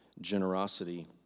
generosity